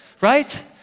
right